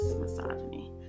misogyny